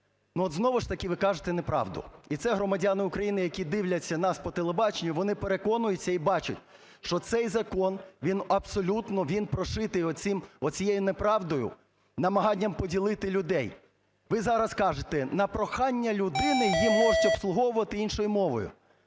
ну, от знову ж таки ви кажете неправду. І це громадяни України, які дивляться нас по телебаченню, вони переконуються і бачать, що цей закон, він абсолютно, він прошитий оцим… оцією неправдою, намаганням поділити людей. Ви зараз кажете: "На прохання людини її можуть обслуговувати іншою мовою".